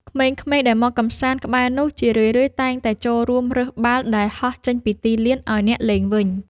ក្មេងៗដែលមកកម្សាន្តក្បែរនោះ ជារឿយៗតែងតែចូលរួមរើសបាល់ដែលហោះចេញពីទីលានឱ្យអ្នកលេងវិញ។